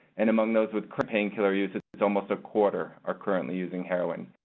and among those with current painkiller use, it is almost a quarter are currently using heroin.